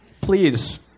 Please